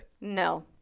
No